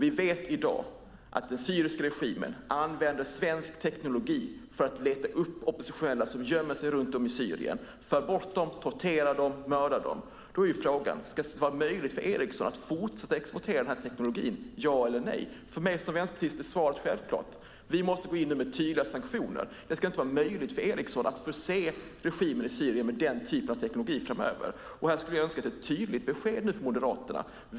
Vi vet att den syriska regimen använder svensk teknologi för att leta upp oppositionella som gömmer sig runt om i Syrien. De för bort dem, torterar dem och mördar dem. Då är frågan: Ska det vara möjligt för Ericsson att fortsätta att exportera den teknologin? Ja eller nej! För mig som vänsterpartist är svaret självklart. Vi måste gå in med tydliga sanktioner. Det ska inte vara möjligt för Ericsson att förse regimen i Syrien med den typen av teknologi framöver. Här skulle jag önska ett tydligt besked från Moderaterna.